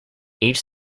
each